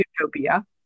Utopia